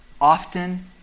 often